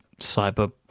cyber